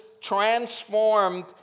transformed